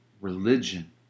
religion